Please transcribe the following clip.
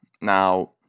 Now